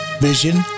vision